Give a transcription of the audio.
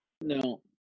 No